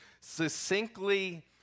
succinctly